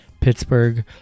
Pittsburgh